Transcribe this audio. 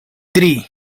tri